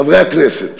חברי הכנסת,